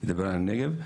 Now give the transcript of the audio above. ידבר על הנגב.